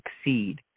succeed